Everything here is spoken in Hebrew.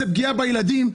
זו פגיעה בילדים,